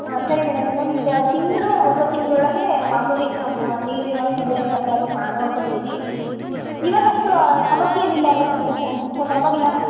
ಸರಿ ಮೇಡಮ್ ಇನ್ನೊಂದು ತಿಂಗಳು ಒಂದೂವರೆ ತಿಂಗಳೊಳಗೆ ಮಾಮೂಲಿ ಮ ನೀರೆಲ್ಲ ಸರಿಯಾಗಿ ಸಪ್ಲೈ ಆಗೋಂಗೆ ನೊಡ್ಕೊಂತೀನಿ ಇವಾಗ ಅಷ್ಟು ಸಮಸ್ಯೆ ಏನಿಲ್ಲ ಅಲ್ಲವಾ ಮೇಡಮು ಪರವಾಗಿಲ್ಲ